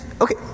Okay